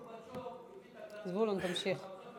בברית-המועצות גורבצ'וב הביא את, זבולון, תמשיך.